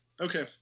okay